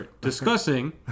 discussing